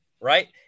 right